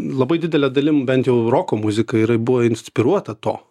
labai didele dalim bent jau roko muzika ir buvo inspiruota to